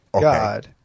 God